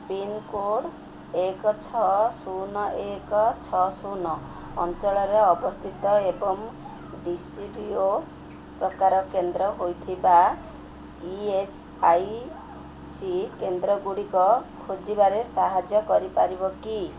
pincode ଏକ ଛଅ ଶୂନ ଏକ ଛଅ ଶୂନ ଅଞ୍ଚଳରେ ଅବସ୍ଥିତ ଏବଂ ଡି ସି ବି ଓ ପ୍ରକାର କେନ୍ଦ୍ର ହୋଇଥିବା ଇ ଏସ୍ ଆଇ ସି କେନ୍ଦ୍ରଗୁଡ଼ିକ ଖୋଜିବାରେ ସାହାଯ୍ୟ କରିପାରିବ କି